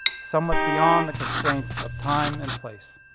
somewhat beyond the constraints of time and place.